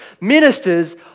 ministers